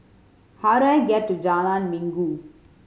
how do I get to Jalan Minggu